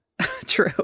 True